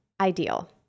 ideal